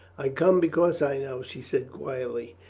i come because i know, she said quietly.